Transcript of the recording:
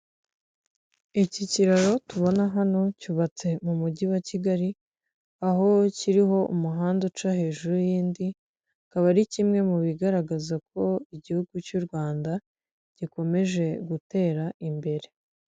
Iki kiraro tubona hano cyubatse mu mujyi wa Kigali aho kiriho umuhanda uca hejuru y'indi akaba ari kimwe mu bigaragaza ko igihugu cy'u Rwanda gikomeje gutera imbere.